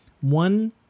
one